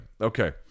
Okay